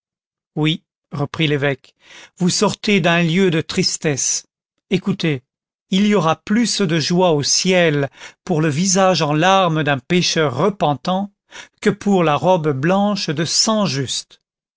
oui reprit l'évêque vous sortez d'un lieu de tristesse écoutez il y aura plus de joie au ciel pour le visage en larmes d'un pécheur repentant que pour la robe blanche de cent justes